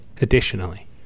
Additionally